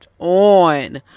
On